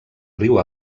riu